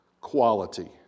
quality